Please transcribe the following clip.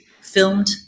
filmed